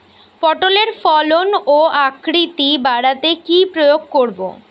পটলের ফলন ও আকৃতি বাড়াতে কি প্রয়োগ করব?